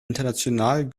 international